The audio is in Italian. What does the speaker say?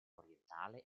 orientale